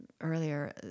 earlier